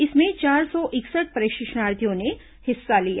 इसमें चार सौ इकसठ प्रशिक्षणार्थियों ने हिस्सा लिया